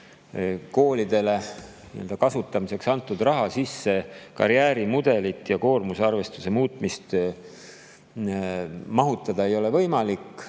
koolidele kasutamiseks antud raha sisse karjäärimudelit ja koormuse arvestuse muutmist mahutada ei ole võimalik.